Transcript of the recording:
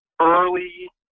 early